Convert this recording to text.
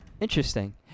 Interesting